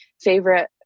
favorite